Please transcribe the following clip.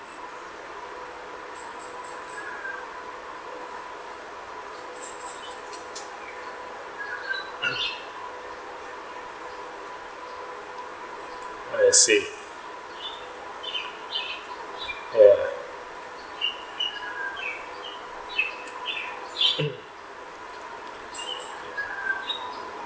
I see ya